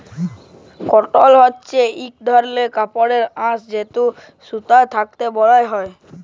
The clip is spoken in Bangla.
কটল হছে ইক ধরলের কাপড়ের আঁশ যেট সুতা থ্যাকে বালাল হ্যয়